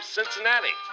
Cincinnati